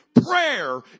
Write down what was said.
prayer